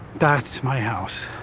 that's my house.